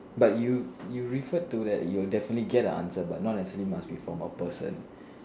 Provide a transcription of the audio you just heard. but you you referred to that you'll definitely get an answer but not necessarily must be from a person